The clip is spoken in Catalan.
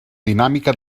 dinàmica